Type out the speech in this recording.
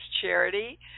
charity